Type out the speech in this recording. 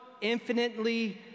infinitely